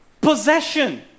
possession